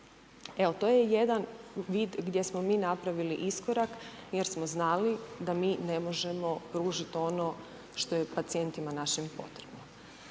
Evo to je jedan vid gdje smo mi napravili iskorak jer smo znali da mi ne možemo pružit ono što je pacijentima našim potrebno.